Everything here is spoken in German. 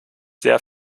sehr